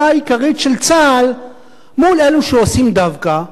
העיקרית של צה"ל מול אלו שעושים דווקא.